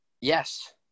Yes